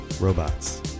Robots